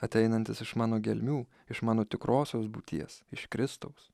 ateinantis iš mano gelmių iš mano tikrosios būties iš kristaus